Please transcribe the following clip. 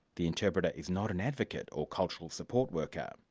the interpreter is not an advocate or cultural support worker.